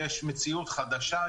יש מציאות חדשה,